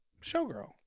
showgirl